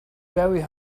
very